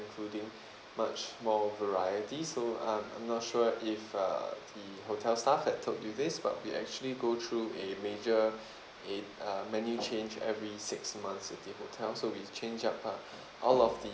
including much more variety so um I'm not sure if uh the hotel staff have told you this but we'll actually go through a major in uh many change every six months at the hotel so we changed up uh all of the